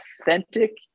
authentic